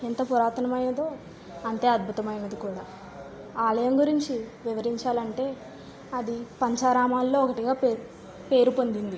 ఎంత పురాతనమైనదో అంతే అద్భుతమైనది కూడా ఆలయం గురించి వివరించాలి అంటే అది పంచారామాల్లో ఒకటిగా పేరు పేరు పొందింది